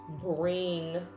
bring